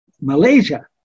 Malaysia